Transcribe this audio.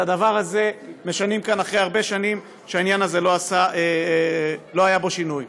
את הדבר הזה משנים כאן אחרי הרבה שנים שבעניין הזה לא היה שינוי.